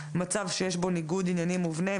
מצב שיש בו ניגוד עניינים מובנה.